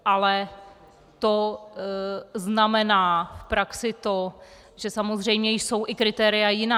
Ale to znamená v praxi to, že samozřejmě jsou i kritéria jiná.